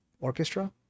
orchestra